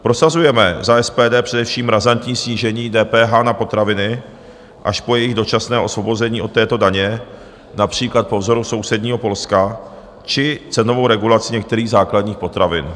Prosazujeme za SPD především razantní snížení DPH na potraviny až po jejich dočasné osvobození od této daně, například po vzoru sousedního Polska, či cenovou regulaci některých základních potravin.